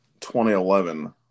2011